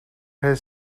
his